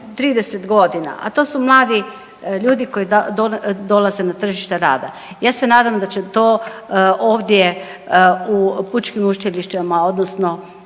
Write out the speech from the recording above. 30.g., a to su mladi ljudi koji dolaze na tržište rada i ja se nadam da će to ovdje u pučkim učilištima odnosno